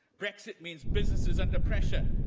brexit means businesses under pressure.